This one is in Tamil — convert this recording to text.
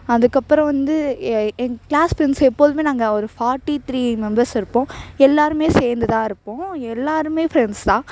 அதுக்கப்பறம் வந்து என் க்ளாஸ் ஃப்ரெண்ட்ஸ் எப்பொழுதும் நாங்கள் ஒரு ஃபாட்டி த்ரீ மெம்பர்ஸ் இருப்போம் எல்லோருமே சேர்ந்துதான் இருப்போம் எல்லோருமே ஃப்ரெண்ட்ஸ் தான்